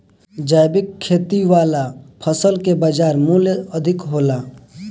जैविक खेती वाला फसल के बाजार मूल्य अधिक होला